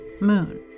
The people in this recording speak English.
Moon